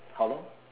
how long